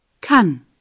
Kann